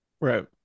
Right